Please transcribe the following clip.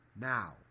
Now